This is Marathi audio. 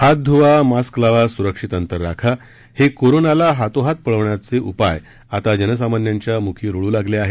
हात ध्वा मास्क लावा स्रक्षित अंतर राखा हे कोरोनाला हातोहात पळवण्याचे उपाय आता जनसामान्यांच्या मुखी रुळू लागले आहेत